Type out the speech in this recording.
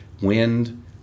wind